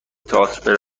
تئاتر